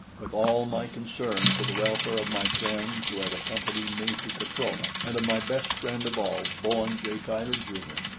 with all my concern for the welfare of my friends who had accompanied me to caprona, and of my best friend of all, bowen j. tyler, jr,